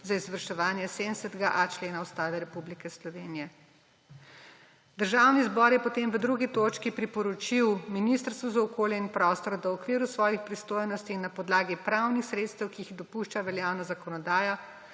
za izvrševanje 70.a člena Ustave Republike Slovenije. Državni zbor je potem v drugi točki priporočil Ministrstvu za okolje in prostor, da v okviru svojih pristojnosti in na podlagi pravnih sredstev, ki jih dopušča veljavna zakonodaja,